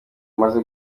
maze